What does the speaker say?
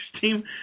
team